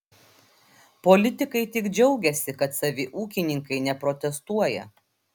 politikai tik džiaugiasi kad savi ūkininkai neprotestuoja